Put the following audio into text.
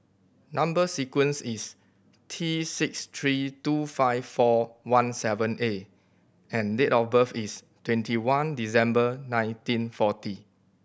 number sequence is T six three two five four one seven A and date of birth is twenty one December nineteen forty